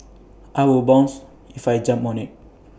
I will bounce if I jump on IT